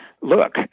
look